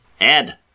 Ed